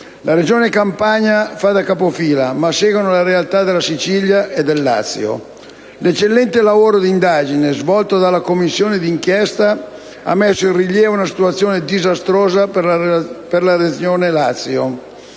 La regione Campania fa da capofila, ma seguono le realtà della Sicilia e del Lazio. L'eccellente lavoro d'indagine svolto dalla Commissione d'inchiesta ha messo in rilievo una situazione disastrosa per la regione Lazio.